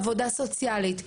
עבודה סוציאלית,